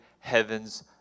heaven's